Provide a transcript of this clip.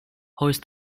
hoist